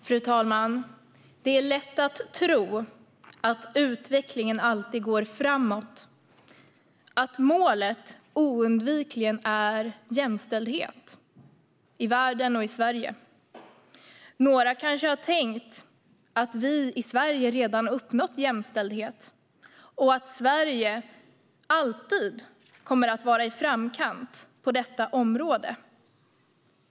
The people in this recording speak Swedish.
Fru talman! Det är lätt att tro att utvecklingen alltid går framåt och att målet oundvikligen är jämställdhet i världen och i Sverige. Några kanske tänker att vi i Sverige redan har uppnått jämställdhet och att Sverige alltid kommer att vara i framkant på detta område.